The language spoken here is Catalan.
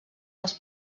als